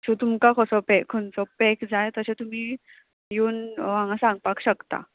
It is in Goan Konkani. सो तुमकां कसो पॅक खंयचो पॅक जाय तशें तुमी येवन हांगा सांगपाक शकता